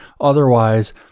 otherwise